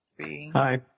Hi